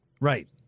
Right